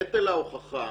נטל ההוכחה,